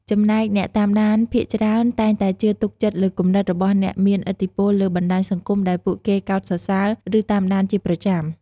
ចំណែកអ្នកតាមដានភាគច្រើនតែងតែជឿទុកចិត្តលើគំនិតរបស់អ្នកមានឥទ្ធិពលលើបណ្តាញសង្គមដែលពួកគេកោតសរសើរ ឬតាមដានជាប្រចាំ។